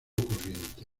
corriente